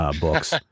books